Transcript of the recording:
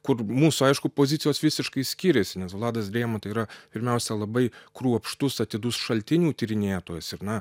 kur mūsų aišku pozicijos visiškai skyrėsi nes vladas drėma tai yra pirmiausia labai kruopštus atidus šaltinių tyrinėtojas ir na